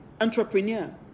entrepreneur